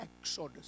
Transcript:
Exodus